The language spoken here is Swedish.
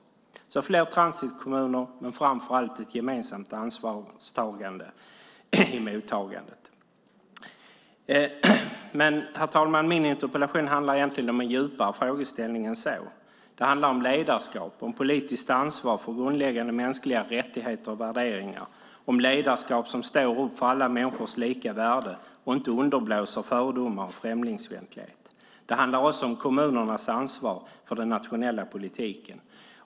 Det behövs fler transitkommuner men framför allt ett gemensamt ansvarstagande i mottagandet. Men, herr talman, min interpellation handlar egentligen om en djupare frågeställning än så. Det handlar om ledarskap, om politiskt ansvar för grundläggande mänskliga rättigheter och värderingar, om ledarskap som står upp för alla människors lika värde och inte underblåser fördomar och främlingsfientlighet. Det handlar också om kommunernas ansvar för den nationella politiken.